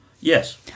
Yes